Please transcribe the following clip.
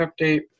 update